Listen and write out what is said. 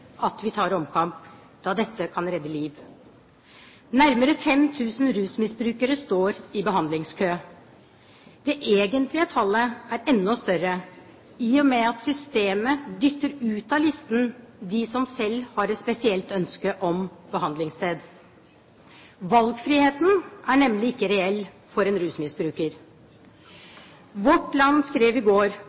vi tar omkamp, da dette kan redde liv. Nærmere 5 000 rusmisbrukere står i behandlingskø. Det egentlige tallet er enda større i og med at systemet dytter ut av listen dem som selv har et spesielt ønske om behandlingssted. Valgfriheten er nemlig ikke reell for en rusmisbruker. Vårt Land skrev i går